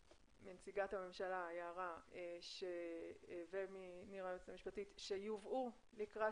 מנציגת הממשלה יערה ומנירה היועצת המשפטית שהדברים יובאו לקראת